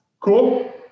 Cool